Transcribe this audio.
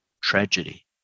tragedy